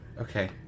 Okay